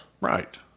Right